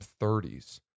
30s